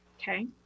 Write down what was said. Okay